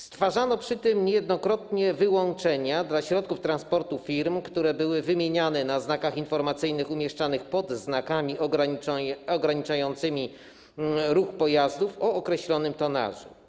Stwarzano przy tym niejednokrotnie wyłączenia dla środków transportu firm, które były wymieniane na znakach informacyjnych umieszczanych pod znakami ograniczającymi ruch pojazdów o określonym tonażu.